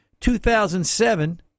2007